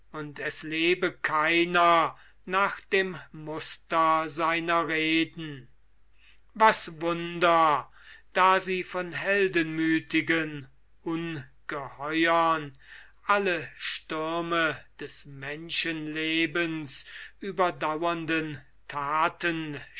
und es lebe keiner nach dem muster seiner reden was wunder da sie von heldenmüthigen ungeheuern alle stürme des menschenlebens überdauernden thaten